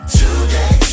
today